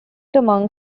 among